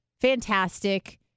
fantastic